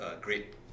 great